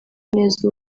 neza